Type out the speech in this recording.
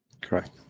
Correct